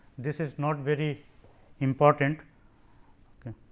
this is not very important ok